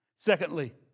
Secondly